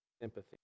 sympathy